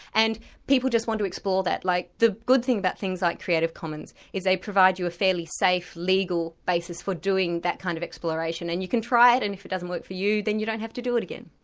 and people just want to explore that, like the good thing about things like creative commons is they provide you with a fairly safe, legal, basis for doing that kind of exploration and you can try it and if it doesn't work for you, then you don't have to do it again.